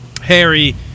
harry